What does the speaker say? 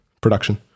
production